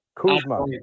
Kuzma